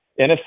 nfc